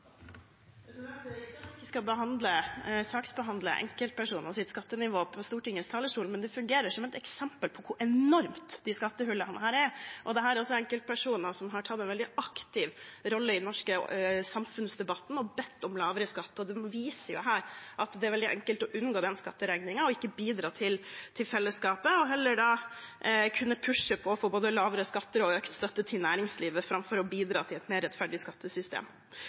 riktig at vi ikke skal saksbehandle enkeltpersoners skattenivå fra Stortingets talerstol, men det fungerer som et eksempel på hvor enorme skattehullene er. Dette er også enkeltpersoner som har tatt en veldig aktiv rolle i den norske samfunnsdebatten og bedt om lavere skatt. De viser her at det er veldig enkelt å unngå den skatteregningen, ikke bidra til fellesskapet og heller kunne pushe på for å få både lavere skatter og økt støtte til næringslivet framfor å bidra til et mer rettferdig skattesystem.